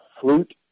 flute